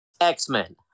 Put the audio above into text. X-Men